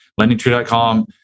lendingtree.com